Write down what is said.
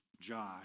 Josh